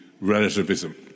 relativism